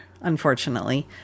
unfortunately